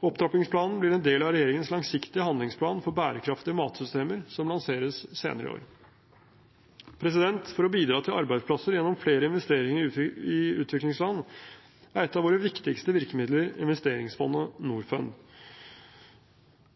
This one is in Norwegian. Opptrappingsplanen blir en del av regjeringens langsiktige handlingsplan for bærekraftige matsystemer, som lanseres senere i år. For å bidra til arbeidsplasser gjennom flere investeringer i utviklingsland er et av våre viktigste virkemidler investeringsfondet Norfund.